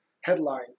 headlines